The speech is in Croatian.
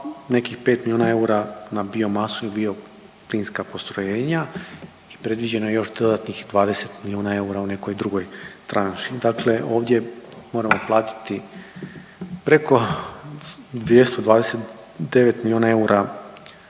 nekih pet milijuna eura na biomasu i bioplinska postrojenja. I predviđeno je još dodatnih 20 milijuna eura u nekoj drugoj tranši. Dakle, ovdje moramo platiti preko 229 milijuna eura